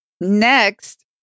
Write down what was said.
Next